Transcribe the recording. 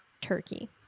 turkey